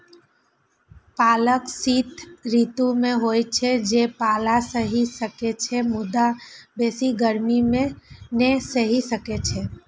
पालक शीत ऋतु मे होइ छै, जे पाला सहि सकै छै, मुदा बेसी गर्मी नै सहि सकै छै